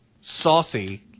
saucy